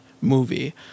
movie